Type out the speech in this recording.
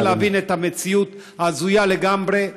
צריך להבין את המציאות ההזויה לגמרי.